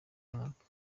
mwaka